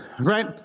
Right